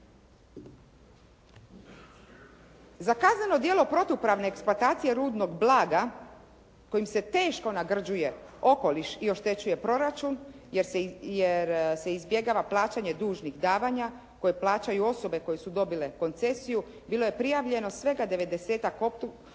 Za kazneno djelo protupravne eksploatacije rudnog blaga kojim se teško nagrđuje okoliš i oštećuje proračun, jer se izbjegava plaćanje dužnih davanja koje plaćaju osobe koje su dobile koncesiju. Bilo je prijavljeno svega devedesetak